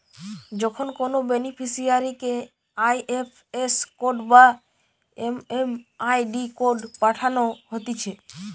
যখন কোনো নন বেনিফিসারিকে আই.এফ.এস কোড বা এম.এম.আই.ডি কোড পাঠানো হতিছে